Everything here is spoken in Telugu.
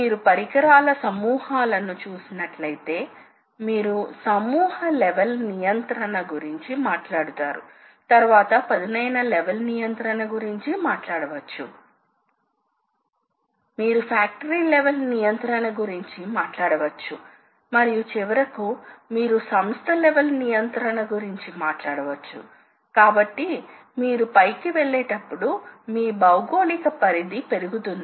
సాధారణంగా టూ డైమెన్షనల్ రెక్టిలీనియార్ మోషన్ కలిగివున్న వర్క్ పీస్ ఇది ఇటు నుంచి అటు అటు నుంచి ఇటు కదలగలదు ఇదేవిధం గా టేబుల్ కూడా కదులుతుంది కాబట్టి మీరు టూ డైమెన్షనల్ మోషన్ ను సృష్టించవచ్చు మరియు కట్టర్ ఒక ప్రదేశం లో తిరుగుతూ మరియు స్థిరంగా ఉంటుంది అయితే దీనిని టర్నింగ్ తో పోల్చి చూడండి